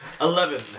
Eleven